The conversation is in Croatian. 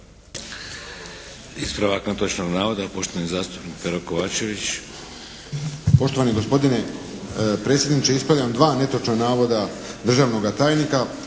Ispravak netočnog navoda poštovani zastupnik Pero Kovačević.